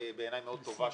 בעיניי מאוד טובה,